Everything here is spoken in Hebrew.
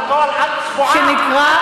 שנקרא,